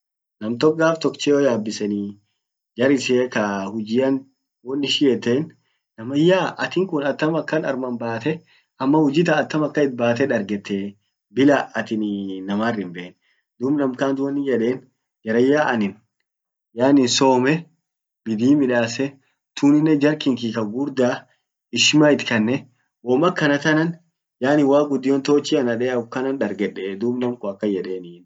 nam tok gaf tok ccheo yabisseni. Jar ishian ka hujian won ishin yeten namanyaa atin kun attam akan arman baate ama hujitan atam akan itbate dargetee bila atin inamar hinmbein. Dub nam kant wonnin yeden jaranyaa anin somme, bidii midasse ,tunninen jar kinki kagugurda hishma itkanne. wom akana tanan waq guddion tochi ana dee akumkanan dargedde dub namkun akan yedenii